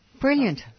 Brilliant